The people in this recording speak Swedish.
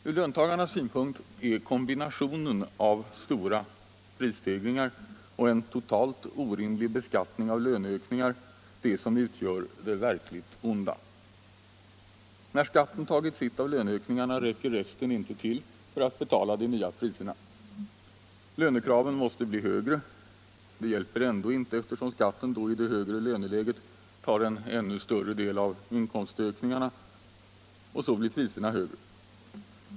Ur löntagarnas synpunkt är det kombinationen av stora prisstegringar och en totalt orimlig beskattning av löneökningar som utgör det verkligt onda. När skatten tagit sitt av löneökningarna räcker resten inte till för att betala de nya priserna. Lönekraven måste bli högre. Det hjälper ändå inte, eftersom skatten då i det högre löneläget tar en ännu större del av inkomstökningen, och så blir priserna högre.